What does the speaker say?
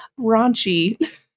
raunchy